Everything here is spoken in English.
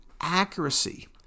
accuracy